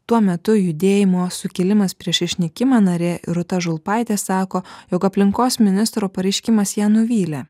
tuo metu judėjimo sukilimas prieš išnykimą narė rūta žulpaitė sako jog aplinkos ministro pareiškimas ją nuvylė